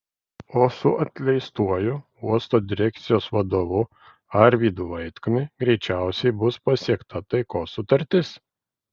o su atleistuoju uosto direkcijos vadovu arvydu vaitkumi greičiausiai bus pasiekta taikos sutartis